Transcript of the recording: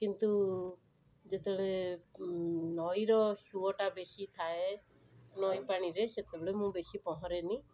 କିନ୍ତୁ ଯେତେବେଳେ ନଈର ସୁଅଟା ବେଶି ଥାଏ ନଈପାଣିରେ ସେତେବେଳେ ମୁଁ ବେଶି ପହଁରେନି